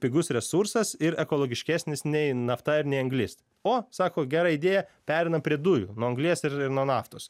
pigus resursas ir ekologiškesnis nei nafta ir nei anglis o sako gera idėja pereinam prie dujų nuo anglies ir ir nuo naftos